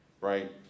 right